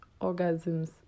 Orgasms